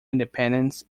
independence